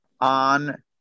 on